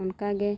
ᱚᱱᱠᱟᱜᱮ